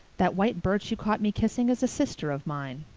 that white birch you caught me kissing is a sister of mine.